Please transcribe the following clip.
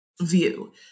view